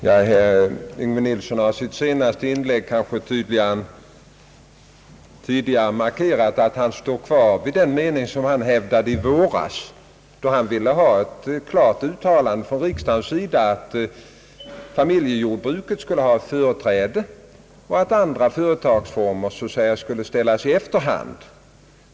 Herr talman! Herr Yngve Nilsson har 1 sitt senaste inlägg tydligare än förut markerat att han fasthåller vid den mening som han hävdade i våras, då han ville ha ett klart uttalande av riksdagen att familjejordbruket skulle ha företräde och att andra företagsformer skulle få komma i efterhand.